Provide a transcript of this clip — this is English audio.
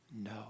no